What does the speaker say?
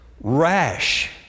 rash